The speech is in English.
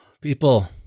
people